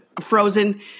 Frozen